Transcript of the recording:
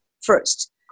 First